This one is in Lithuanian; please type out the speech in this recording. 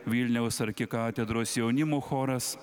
vilniaus arkikatedros jaunimų choras